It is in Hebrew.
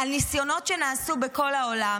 על ניסיונות שנעשו בכל העולם,